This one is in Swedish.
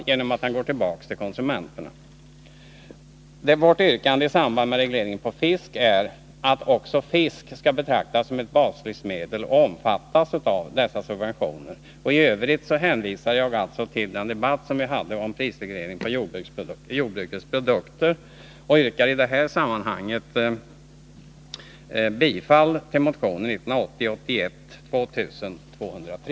Vårt yrkande med anledning av föreliggande betänkande är att också fisk skall betraktas som ett baslivsmedel och därmed bli föremål för prissubvention. I övrigt hänvisar jag till den debatt som vi förde om prisreglering på jordbrukets produkter. Jag yrkar bifall till motion 1980/81:2203.